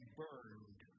burned